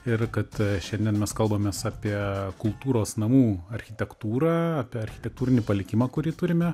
ir kad šiandien mes kalbamės apie kultūros namų architektūrą apie architektūrinį palikimą kurį turime